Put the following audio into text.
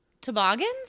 toboggans